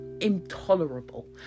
intolerable